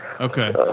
Okay